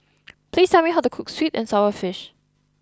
please tell me how to cook Sweet and Sour Fish